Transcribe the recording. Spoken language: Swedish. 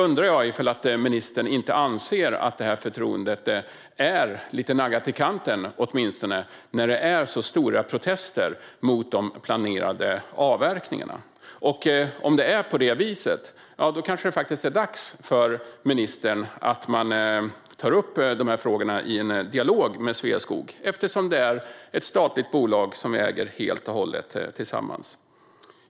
Anser inte ministern att förtroendet är lite naggat i kanten när det är så stora protester mot de planerade avverkningarna? Om det är så är det kanske dags för ministern att ta upp frågorna i en dialog med Sveaskog eftersom det ju är ett statligt bolag som vi äger helt och hållet tillsammans.